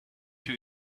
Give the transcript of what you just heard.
you